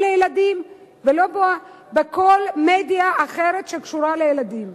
לילדים ולא בכל מדיה אחרת שקשורה לילדים.